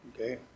Okay